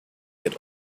get